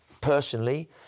personally